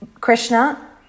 Krishna